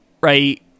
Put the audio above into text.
right